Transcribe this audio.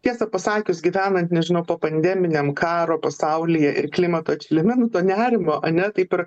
tiesą pasakius gyvenant nežinau popandeminiam karo pasauly ir klimato atšilime nu to nerimo ane taip ir